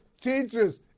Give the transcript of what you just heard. teachers